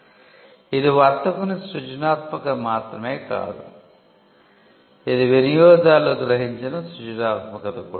కాబట్టి ఇది వర్తకుని సృజనాత్మకత మాత్రమే కాదు ఇది వినియోగదారులు గ్రహించిన సృజనాత్మకత కూడా